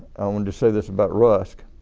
i want to say this about rusk,